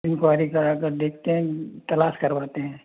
inquiry करा कर देखते हैं तलाश करवाते हैं